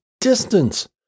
distance